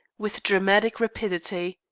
with dramatic rapidity.